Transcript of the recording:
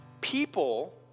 People